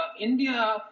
India –